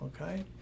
okay